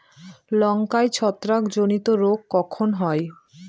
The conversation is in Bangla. লঙ্কায় ছত্রাক জনিত রোগ কখন হয়?